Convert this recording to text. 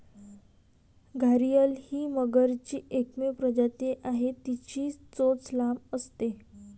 घारीअल ही मगरीची एकमेव प्रजाती आहे, तिची चोच लांब असते